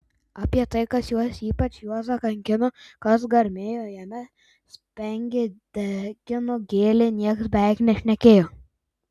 apie tai kas juos ypač juozą kankino kas garmėjo jame spengė degino gėlė niekas beveik nešnekėjo